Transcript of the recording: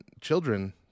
children